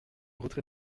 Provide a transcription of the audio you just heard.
retrait